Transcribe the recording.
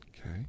Okay